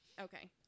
okay